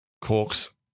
Corks